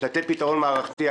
לתת פתרון מערכתי.